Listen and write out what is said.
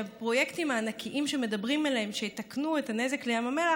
הפרויקטים הענקיים שמדברים עליהם שיתקנו את הנזק לים המלח,